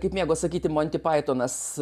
kaip mėgo sakyti monty paitonas